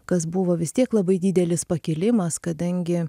kas buvo vis tiek labai didelis pakilimas kadangi